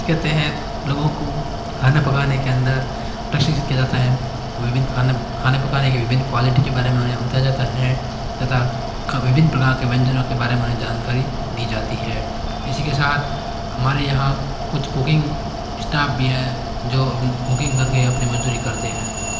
इसके तहत लोगों को खाना पकाने के अन्दर प्रशिक्षित किया जाता है विभिन्न खाना खाने पकाने के विभिन्न क्वालिटी के बारे में उन्हें बताया जाता है तथा विभिन्न प्रकार के व्यंजनों के बारे में उन्हें जानकारी दी जाती है इसी के साथ हमारे यहाँ कुछ कुकिंग इस्टाफ भी है जो अभी कुकिंग करके अपनी मज़दूरी करते हैं